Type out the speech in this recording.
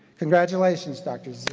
congratulations, dr.